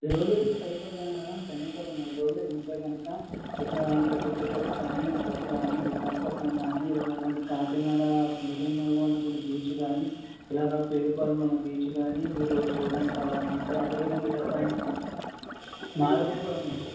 పది రోజులు సరిపోదు కాని మ్యాడం కనీసం ఒక నెల రోజులు ఉంటే కనుక ఇక్కడ పెద్ద తిరుపతి కాని అరకు కాని విశాఖపట్నం కాని ఇక్కడ ఉన్నటువంటి కాకినాడ సముద్రంలో ఉన్నటువంటి బీచ్ కాని ఇలాగా పేరుపాలెంలో ఉన్న బీచ్ గాని చూడానికి చాలా బాగుంటాయి అదే విధంగా చెప్పాలంటే మారేడుమల్లి కూడా ఉంది